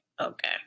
Okay